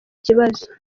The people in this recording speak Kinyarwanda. kibazo